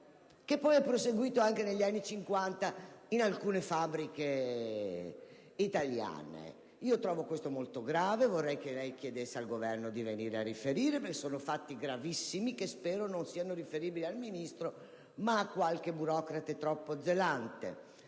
che poi abbiamo visto anche negli anni Cinquanta in alcune fabbriche italiane. Trovo ciò molto grave, e vorrei che lei chiedesse al Governo di venire a riferire. Si tratta di fatti gravissimi, che spero non siano riferibili al Ministro, ma a qualche burocrate troppo zelante.